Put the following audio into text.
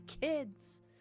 kids